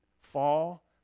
fall